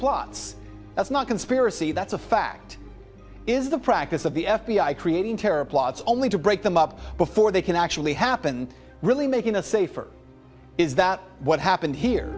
plots that's not conspiracy that's a fact is the practice of the f b i creating terror plots only to break them up before they can actually happen really making us safer is that what happened here